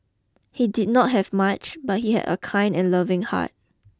he did not have much but he had a kind and loving heart